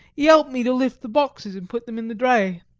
he elped me to lift the boxes and put them in the dray.